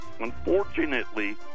Unfortunately